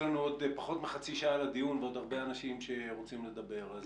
יש לנו עוד פחות מחצי שעה לדיון ועוד הרבה אנשים שרוצים לדבר.